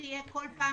לפחות,